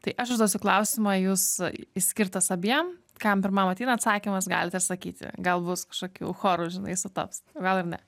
tai aš užduosiu klausimą jūs jis skirtas abiem kam pirmam ateina atsakymas galite sakyti gal bus kažkokių choru žinai sutaps o gal ir ne